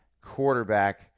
quarterback